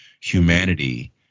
humanity